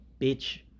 bitch